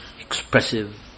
expressive